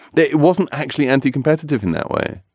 that it wasn't actually anti-competitive in that way